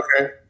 Okay